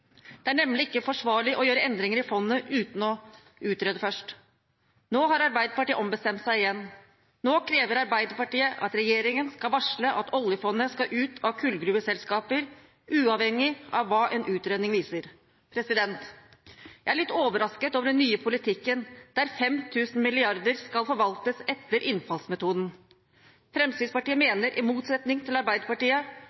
Det er nemlig ikke forsvarlig å gjøre endringer i fondet uten å utrede først. Nå har Arbeiderpartiet ombestemt seg igjen. Nå krever Arbeiderpartiet at regjeringen skal varsle at oljefondet skal ut av kullgruveselskaper, uavhengig av hva en utredning viser. Jeg er litt overrasket over den nye politikken der 5 000 mrd. kr skal forvaltes etter innfallsmetoden. Fremskrittspartiet